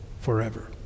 forever